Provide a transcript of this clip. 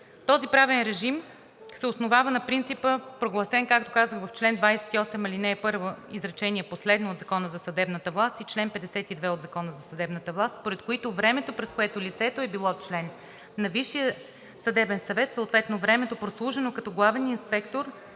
Този правен режим се основава на принципа, прогласен, както казах, в чл. 28, ал. 1, изречение последно от Закона за съдебната власт и чл. 52 от Закона за съдебната власт, според които времето, през което лицето е било член на Висшия съдебен съвет, съответно времето, прослужено като главен инспектор,